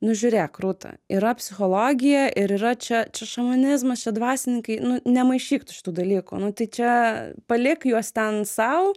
nu žiūrėk rūta yra psichologija ir yra čia čia šamanizmas čia dvasininkai nu nemaišyk tu šitų dalykų nu tai čia palik juos ten sau